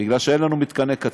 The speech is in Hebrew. בגלל שאין לנו מתקני קצה,